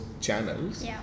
channels